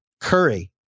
Curry